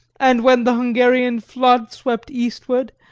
and when the hungarian flood swept eastward,